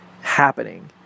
happening